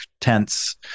tents